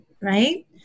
right